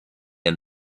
and